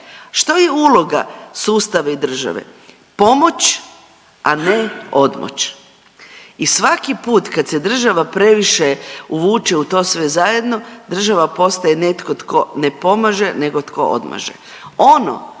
što je uloga sustava i države? Pomoć, a ne odmoć. I svaki put kad se država previše uvuče u to sve zajedno, država postaje netko tko ne pomaže nego tko odmaže.